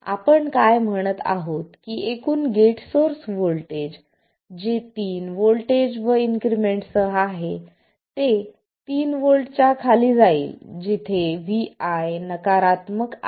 आपण काय म्हणत आहोत की एकूण गेट सोर्स व्होल्टेज जे तीन व्होल्ट्स व इन्क्रिमेंट सह आहे ते तीन व्होल्टच्या खाली जाईल जिथे vi नकारात्मक आहे